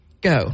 Go